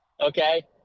okay